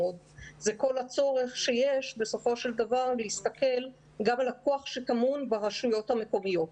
זה הצורך בסופו של דבר להסתכל גם על הכוח שטמון ברשויות המקומיות,